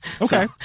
Okay